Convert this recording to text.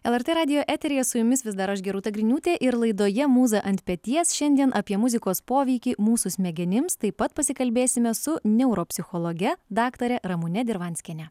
lrt radijo eteryje su jumis vis dar aš gi rūta griniūtė ir laidoje mūza ant peties šiandien apie muzikos poveikį mūsų smegenims taip pat pasikalbėsime su neuropsichologe daktare ramune dirvanskiene